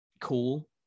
Cool